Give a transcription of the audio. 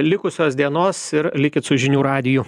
likusios dienos ir likit su žinių radiju